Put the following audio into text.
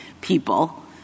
people